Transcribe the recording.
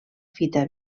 fita